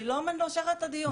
אני לא מושכת את הדיון.